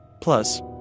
Plus